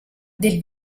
del